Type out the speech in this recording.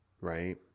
right